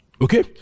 Okay